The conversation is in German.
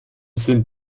sind